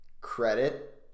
credit